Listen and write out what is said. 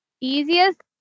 easiest